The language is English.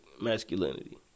masculinity